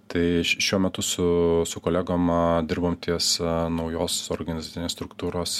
tai šiuo metu su su kolegom dirbam ties naujos organizacinės struktūros